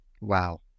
Wow